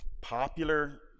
Popular